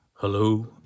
Hello